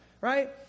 right